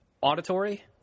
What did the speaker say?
Auditory